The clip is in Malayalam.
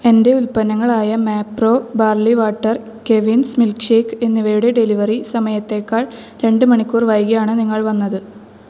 എന്റെ ഉൽപ്പന്നങ്ങളായ Mapro barley water Cavin's milk shake എന്നിവയുടെ ഡെലിവറി സമയത്തേക്കാൾ രണ്ട് മണിക്കൂർ വൈകിയാണ് നിങ്ങൾ വന്നത്